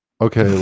Okay